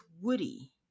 woody